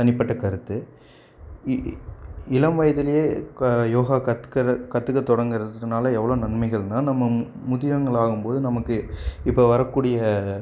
தனிப்பட்ட கருத்து இளம் வயதுலேயே யோகா கற்றுக்க கற்றுக்க தொடங்கிறதுனால எவ்வளோ நன்மைகள்ன்னா நம்ம முதியவங்களா ஆகும்போது நமக்கு இப்போ வரக்கூடிய